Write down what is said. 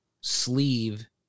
sleeve